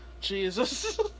Jesus